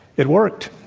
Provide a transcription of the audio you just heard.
it worked.